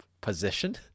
position